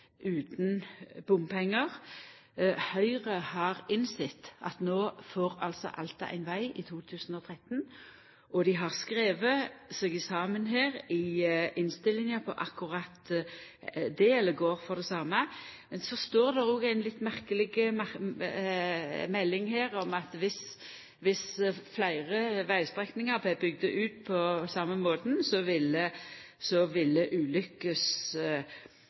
utan bompengar. Høgre har innsett at no får altså Alta ein veg i 2013, og dei har skrive seg saman i merknader her i innstillinga på akkurat det, eller dei går for det same. Men så står det òg ei litt merkeleg melding her om at viss fleire vegstrekningar blir bygde ut på same måten, ville